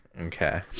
okay